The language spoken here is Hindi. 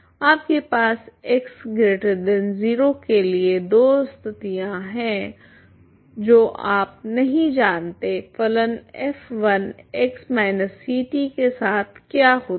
आपके पास x0 के लिए दो स्थितियाँ है जो आप नहीं जानते फलन f1 के साथ क्या होता है